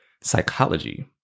psychology